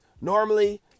Normally